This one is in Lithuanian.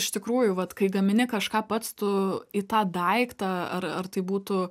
iš tikrųjų vat kai gamini kažką pats tu į tą daiktą ar ar tai būtų